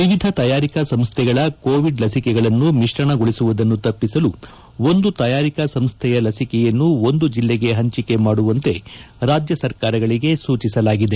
ವಿವಿಧ ತಯಾರಿಕಾ ಸಂಸ್ಥೆಗಳ ಕೋವಿಡ್ ಲಸಿಕೆಗಳನ್ನು ಮಿಶ್ರಣಗೊಳಿಸುವುದನ್ನು ತಪ್ಪಿಸಲು ಒಂದು ತಯಾರಿಕಾ ಸಂಸ್ದೆಯ ಲಸಿಕೆಯನ್ನು ಒಂದು ಜಿಲ್ಲೆಗೆ ಹಂಚಿಕೆ ಮಾಡುವಂತೆ ರಾಜ್ಯ ಸರ್ಕಾರಗಳಿಗೆ ಸೂಚಿಸಲಾಗಿದೆ